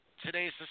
Today's